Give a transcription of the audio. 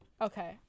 Okay